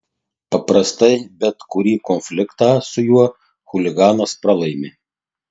paprastai bet kurį konfliktą su juo chuliganas pralaimi